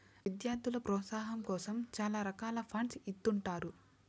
విద్యార్థుల ప్రోత్సాహాం కోసం చాలా రకాల ఫండ్స్ ఇత్తుంటారు